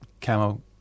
camo